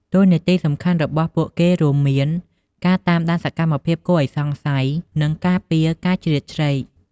តួនាទីសំខាន់របស់ពួកគេរួមមាន ការតាមដានសកម្មភាពគួរឱ្យសង្ស័យ និងការពារការជ្រៀតជ្រែក។